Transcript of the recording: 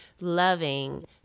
loving